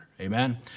Amen